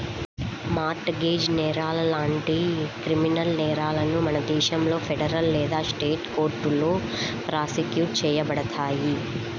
mart gauge నేరాలు లాంటి criminal నేరాలను మన దేశంలో ఫెడరల్ లేదా స్టేట్ కోర్టులో ప్రాసిక్యూట్ చేయబడతాయి